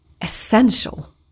essential